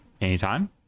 anytime